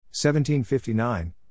1759